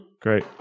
Great